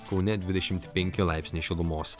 kaune dvidešimt penki laipsniai šilumos